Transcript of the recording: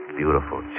beautiful